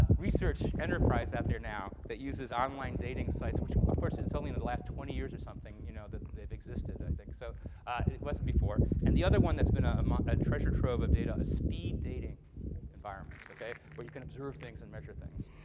research enterprise out there now that uses online dating sites, which, of course, it's only in the last twenty years or something you know that they've existed, i think. so it wasn't before. and the other one that's been ah a ah treasure trove of data is speed dating environments where you can observe things and measure things.